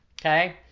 Okay